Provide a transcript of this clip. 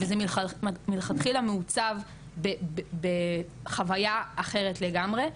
וזה מלכתחילה מעוצב בחוויה אחרת לגמרי,